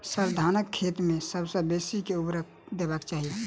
sir, धानक खेत मे सबसँ बेसी केँ ऊर्वरक देबाक चाहि